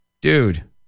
dude